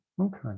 Okay